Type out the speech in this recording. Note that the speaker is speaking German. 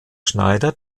schneider